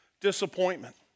disappointment